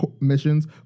missions